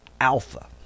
alpha